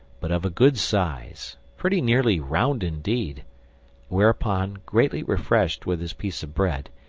but of a good size, pretty nearly round indeed whereupon, greatly refreshed with his piece of bread,